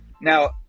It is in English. now